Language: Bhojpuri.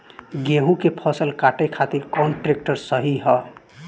गेहूँ के फसल काटे खातिर कौन ट्रैक्टर सही ह?